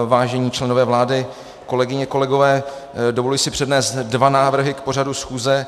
Vážení členové vlády, kolegyně, kolegové, dovoluji si přednést dva návrhy k pořadu schůze.